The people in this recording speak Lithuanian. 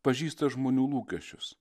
pažįsta žmonių lūkesčius